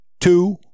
two